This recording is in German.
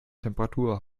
temperatur